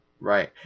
Right